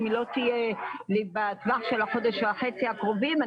אם לא תהיה בטווח של החודש וחצי הקרובים,